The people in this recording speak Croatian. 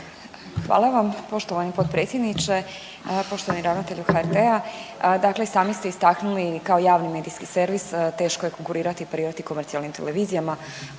Hvala vam. Poštovani potpredsjedniče, poštovani ravnatelju HRT-a. Dakle, sami ste istaknuli kao javni medijski servis, teško je konkurirati, parirati komercijalnim televizijama.